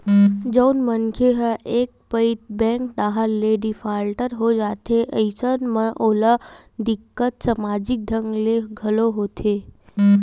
जउन मनखे ह एक पइत बेंक डाहर ले डिफाल्टर हो जाथे अइसन म ओला दिक्कत समाजिक ढंग ले घलो होथे